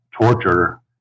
torture